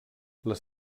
les